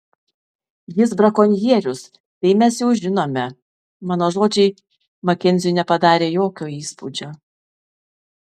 jis brakonierius tai mes jau žinome mano žodžiai makenziui nepadarė jokio įspūdžio